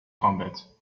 combat